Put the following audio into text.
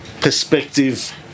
perspective